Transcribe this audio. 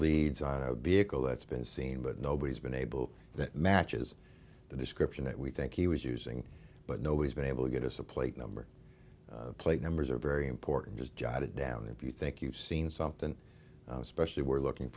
leads on to be it all that's been seen but nobody's been able that matches the description that we think he was using but nobody's been able to get us a plate number plate numbers are very important just jotted down if you think you've seen something especially we're looking